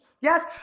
yes